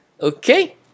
Okay